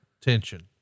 tension